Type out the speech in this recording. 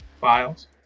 files